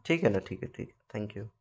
ठीक है ना ठीक है ठीक है थैंक यू